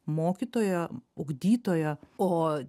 mokytojo ugdytojo o